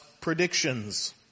predictions